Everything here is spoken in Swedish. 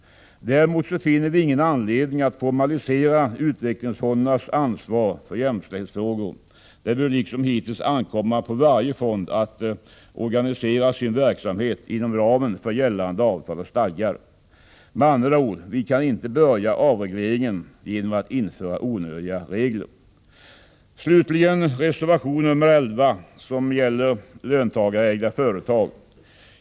Däremot finner vi ingen anledning att formalisera utvecklingsfondernas ansvar för jämställdhetsfrågor. Det bör liksom hittills ankomma på varje fond att organisera sin verksamhet inom ramen för gällande avtal och stadgar. Med andra ord: Vi kan inte börja avregleringen genom att införa onödiga regler. Slutligen några ord om reservation 12, som gäller löntagarägda företag.